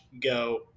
go